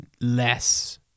less